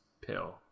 pill